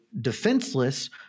defenseless